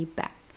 back